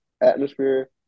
atmosphere